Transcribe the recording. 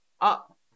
Up